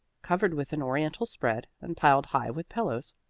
covered with an oriental spread and piled high with pillows.